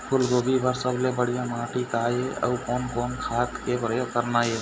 फूलगोभी बर सबले बढ़िया माटी का ये? अउ कोन कोन खाद के प्रयोग करना ये?